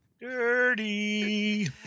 Dirty